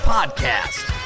Podcast